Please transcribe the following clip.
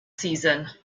season